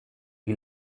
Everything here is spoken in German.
wie